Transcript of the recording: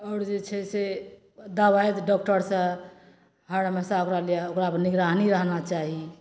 आओर जे छै से दबाइके डॉक्टर सऽ हर हमेशा ओकरा लिए ओकरापर निगरानी रहना चाही